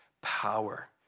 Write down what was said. power